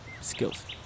skills